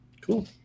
Cool